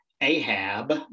Ahab